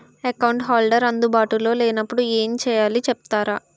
Account holder అందు బాటులో లే నప్పుడు ఎం చేయాలి చెప్తారా?